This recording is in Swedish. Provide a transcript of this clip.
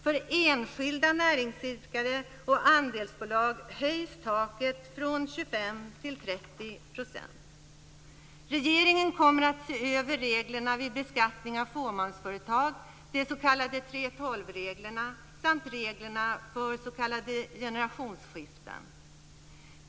För enskilda näringsidkare och andelsbolag höjs taket från · Regeringen kommer att se över reglerna vid beskattning av fåmansföretag, de s.k. 3:12-reglerna samt reglerna för s.k. generationsskiften.